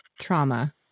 trauma